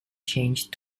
changed